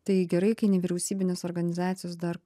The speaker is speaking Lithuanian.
tai gerai kai nevyriausybinės organizacijos dar